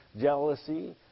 Jealousy